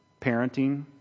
parenting